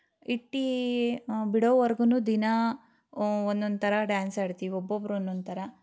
ಇಟ್ಟು ಬಿಡೋವರ್ಗೂ ದಿನಾ ಒಂದೊಂದು ಥರ ಡ್ಯಾನ್ಸ್ ಆಡ್ತೀವಿ ಒಬ್ಬೊಬ್ರು ಒಂದೊಂದು ಥರ